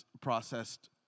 processed